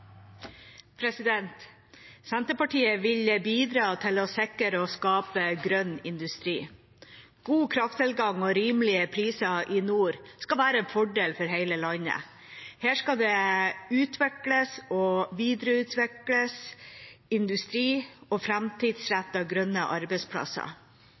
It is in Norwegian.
Senterpartiet vil bidra til å sikre og skape grønn industri. God krafttilgang og rimelige priser i nord skal være en fordel for hele landet. Her skal det utvikles og videreutvikles industri og